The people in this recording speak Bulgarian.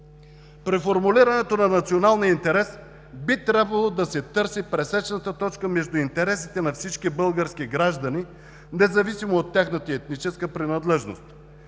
При формулирането на националния интерес би трябвало да се търси пресечената точка между интересите на всички български граждани, независимо от тяхната етническа принадлежност.